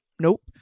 nope